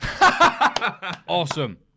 Awesome